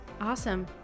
Awesome